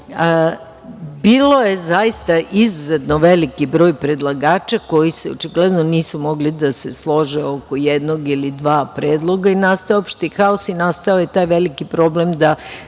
je zaista izuzetno veliki broj predlagača koji se očigledno nisu mogli da se slože oko jednog ili dva predloga i nastao je opšti haos i nastao je taj veliki problem da